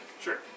Sure